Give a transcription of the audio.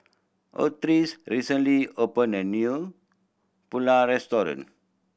Otis recently opened a new Pulao Restaurant